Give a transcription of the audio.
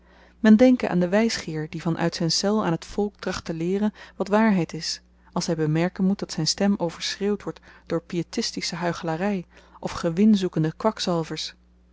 men denke aan den wysgeer die van uit zyn cel aan t volk tracht te leeren wat waarheid is als hy bemerken moet dat zyn stem overschreeuwd wordt door piëtistische huichelary of gewinzoekende kwakzalvers